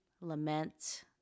lament